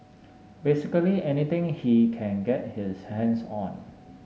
basically anything he can get his hands on